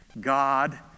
God